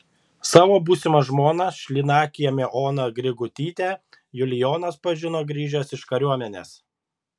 savo būsimą žmoną šlynakiemio oną grigutytę julijonas pažino grįžęs iš kariuomenės